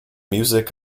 music